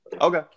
Okay